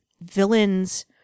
villains